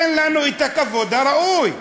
תן לנו את הכבוד הראוי.